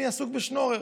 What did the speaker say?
אני עסוק בשנור.